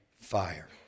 fire